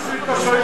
מה עשית,